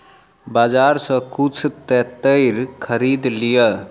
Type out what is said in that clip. बजार सॅ किछ तेतैर खरीद लिअ